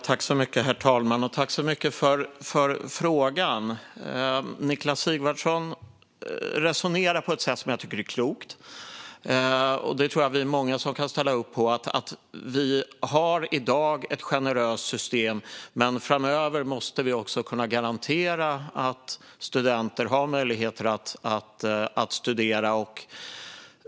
Herr talman! Tack, Niklas Sigvardsson, för frågan! Niklas Sigvardsson resonerar på ett sätt som jag tycker är klokt. Jag tror att vi är många som kan ställa upp på att vi i dag har ett generöst system, men vi måste också kunna garantera att studenter har möjlighet att studera framöver.